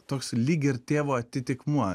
toks lyg ir tėvo atitikmuo